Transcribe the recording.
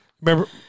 Remember